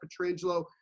Petrangelo